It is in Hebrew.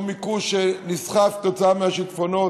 או מיקוש שנסחף כתוצאה מהשיטפונות,